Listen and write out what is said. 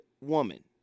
woman